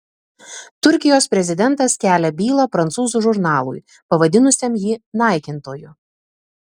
turkijos prezidentas kelia bylą prancūzų žurnalui pavadinusiam jį naikintoju